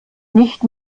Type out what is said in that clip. nicht